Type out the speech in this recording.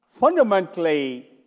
Fundamentally